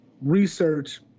research